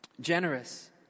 generous